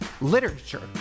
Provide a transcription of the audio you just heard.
literature